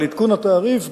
על עדכון התעריף,